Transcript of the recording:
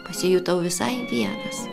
pasijutau visai vienas